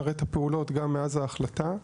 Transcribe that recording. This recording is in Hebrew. נראה את הפעולות גם מאז ההחלטה,